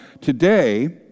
today